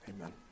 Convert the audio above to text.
Amen